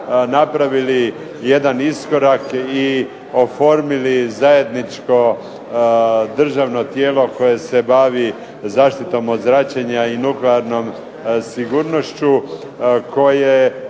napravili jedan iskorak i oformili zajedničko državno tijelo koje se bavi zaštitom od zračenja o nuklearnom sigurnošću koje